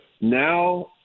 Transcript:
now